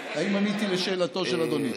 האם עניתי לשאלתו של אדוני?